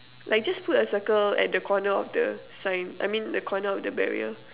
like just put a circle at the corner of the sign I mean the corner of the barrier